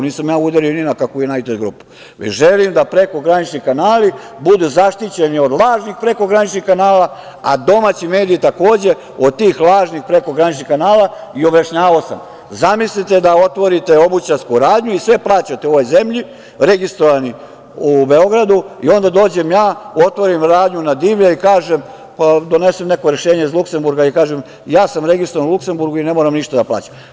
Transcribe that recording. Nisam ja udario ni na kakvu Junajted grupu, već želim da prekogranični kanali budu zaštićeni od lažnih prekograničnih kanala, a domaći mediji takođe od tih lažnih prekograničnih kanala i objašnjavao sam, zamislite da otvorite obućarsku radnju i sve plaćate u ovoj zemlji, registrovani u Beogradu i onda dođem ja, otvorim radnju na divlje, pa donesem neko rešenje iz Luksemburga i kažem – ja sam registrovan u Luksemburgu i ne moram ništa da plaćam.